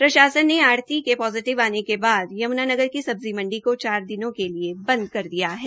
प्रशासन ने आढ़ती के पोजिटिव आने के बाद यमूनानगर की सब्जी मंडी को चार दिनों के लिए बंद कर दिया है